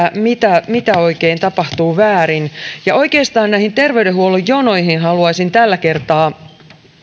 mitä mitä oikein tapahtuu väärin oikeastaan näihin terveydenhuollon jonoihin haluaisin tällä kertaa